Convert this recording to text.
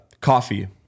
coffee